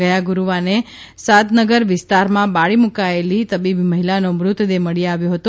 ગયા ગુરૂવારે શાદનગર વિસ્તારમાં બાળી મુકાયેલી તબીબી મહિલાનો મૃતદેહ મળી આવ્યો હતો